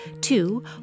Two